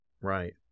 Right